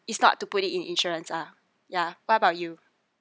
it's not to put it in insurance ah yeah what about you